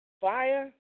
Fire